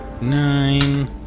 nine